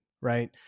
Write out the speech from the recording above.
right